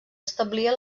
establia